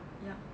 ya